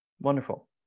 wonderful